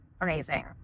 amazing